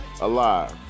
alive